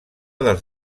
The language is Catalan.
dels